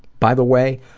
by the way,